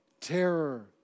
terror